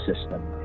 system